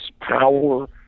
power